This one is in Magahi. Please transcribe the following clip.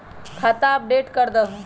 खाता अपडेट करदहु?